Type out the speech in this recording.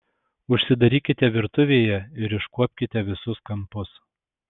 užsidarykite virtuvėje ir iškuopkite visus kampus